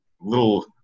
little